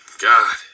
God